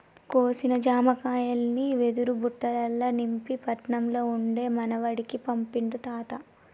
కోసిన జామకాయల్ని వెదురు బుట్టలల్ల నింపి పట్నం ల ఉండే మనవనికి పంపిండు తాత